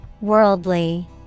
Worldly